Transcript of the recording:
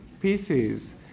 pieces